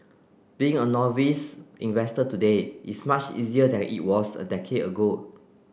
being a novice investor today is much easier than it was a decade ago